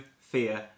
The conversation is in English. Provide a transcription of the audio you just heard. fear